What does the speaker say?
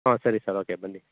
ಹ್ಞೂ ಸರಿ sir okay ಬನ್ನಿ